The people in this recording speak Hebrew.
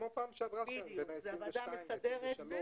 ועדה מסדרת,